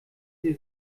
sie